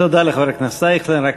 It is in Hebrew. תודה לחבר הכנסת אייכלר.